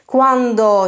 Quando